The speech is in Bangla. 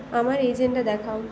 আমার এজেন্ডা দেখাও